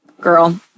girl